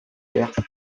perse